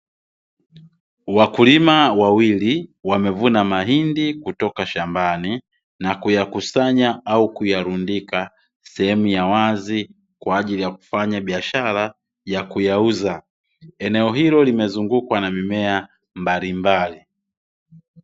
Wakulima wawili wamevuna mahindi kutoka shambani na kuyakusanya au kuyarundika sehemu ya wazi kwa ajili ya kufanya biashara ya kuyauza, eneo hilo limezungukwa na mimea mbalimbali.